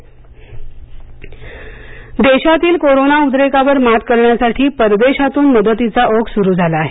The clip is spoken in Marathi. परदेशी मदत देशातील कोरोना उद्रेकावर मात करण्यासाठी परदेशातून मदतीचा ओघ सुरू झाला आहे